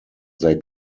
they